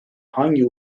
hangi